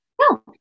No